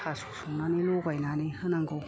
थास' संनानै लगायनानै होनांगौ